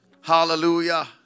Hallelujah